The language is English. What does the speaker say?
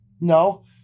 No